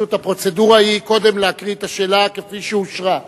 הפרוצדורה היא קודם להקריא את השאלה כפי שאושרה.